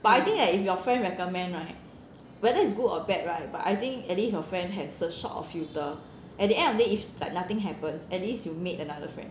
but I think that if your friend recommend right whether it's good or bad right but I think at least your friend has a sort of filter at the end of day if like nothing happens at least you made another friend